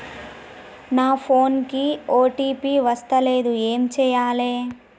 నా ఫోన్ కి ఓ.టీ.పి వస్తలేదు ఏం చేయాలే?